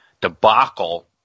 debacle